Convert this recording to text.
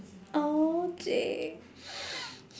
!aww! J